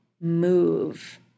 move